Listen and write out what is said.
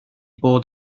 bod